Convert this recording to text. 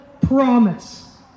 promise